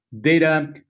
data